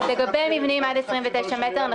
לגבי מבנים עד 29 מטר,